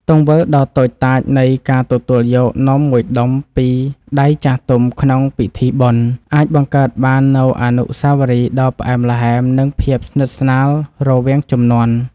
ទង្វើដ៏តូចតាចនៃការទទួលយកនំមួយដុំពីដៃចាស់ទុំក្នុងពិធីបុណ្យ អាចបង្កើតបាននូវអនុស្សាវរីយ៍ដ៏ផ្អែមល្ហែម និងភាពស្និទ្ធស្នាលរវាងជំនាន់។